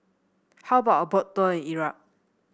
how about a Boat Tour Iraq